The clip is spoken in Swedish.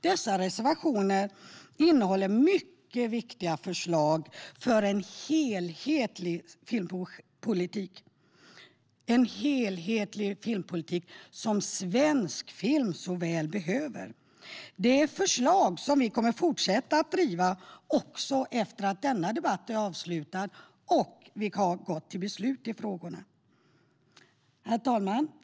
Dessa reservationer innehåller mycket viktiga förslag för en enhetlig filmpolitik som svensk film så väl behöver. Det är förslag som vi kommer att fortsätta att driva också efter att denna debatt är avslutad och vi har gått till beslut i frågan. Herr talman!